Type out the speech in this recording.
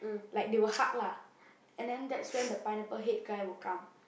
like they will hug lah and then that's when the Pineapple Head guy will come